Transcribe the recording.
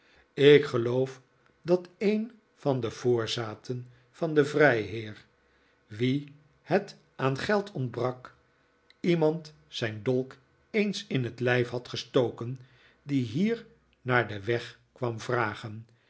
ik geloof dat een van de voorzaten van den vrijheer wien het aan geld ontbfak iemand zijn dolk eens in het lijf had gestooten die hier naar den weg kwam vragen